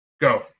Go